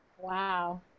Wow